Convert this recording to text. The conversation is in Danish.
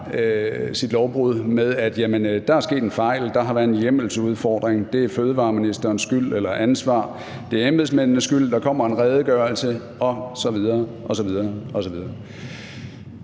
sit lovbrud med, at der er sket en fejl, at der har været en hjemmelsudfordring, at det er fødevareministerens skyld eller ansvar, at det er embedsmændenes skyld, og at der kommer en redegørelse osv.